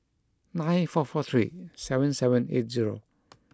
nine four four three seven seven eight zero